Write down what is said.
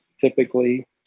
typically